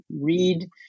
read